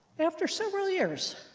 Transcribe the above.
after several years,